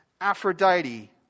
Aphrodite